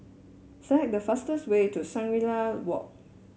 select the fastest way to Shangri La Walk